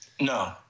No